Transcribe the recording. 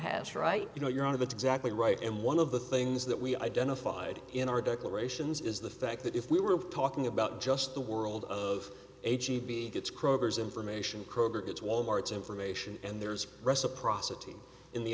has right you know you're out of it exactly right and one of the things that we identified in our declarations is the fact that if we were talking about just the world of h e b it's kroger's information kroger it's wal mart's information and there's reciprocity in the